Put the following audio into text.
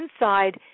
inside